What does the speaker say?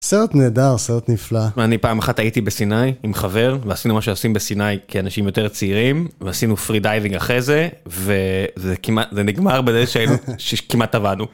סרט נהדר, סרט נפלא. אני פעם אחת הייתי בסיני עם חבר, ועשינו מה שעושים בסיני כאנשים יותר צעירים, ועשינו פרי דייבינג אחרי זה, וזה כמעט... זה נגמר בזה שכמעט טבענו.